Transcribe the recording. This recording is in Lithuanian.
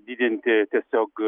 didinti tiesiog